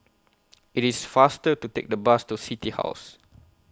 IT IS faster to Take The Bus to City House